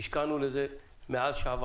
השקענו בזה מעל 1.5 שעות.